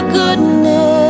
goodness